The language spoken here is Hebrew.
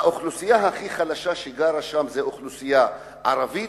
האוכלוסייה הכי חלשה גרה שם, וזה אוכלוסייה ערבית